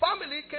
family